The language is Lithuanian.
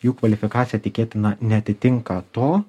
jų kvalifikacija tikėtina neatitinka to